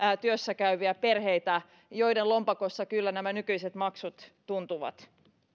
työssä käyviä perheitä joiden lompakossa kyllä nämä nykyiset maksut tuntuvat